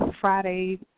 Friday